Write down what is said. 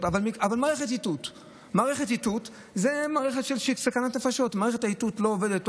שבודקות ומאשרות תקינות של הפעלה של